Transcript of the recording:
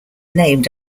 named